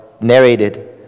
narrated